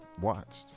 watched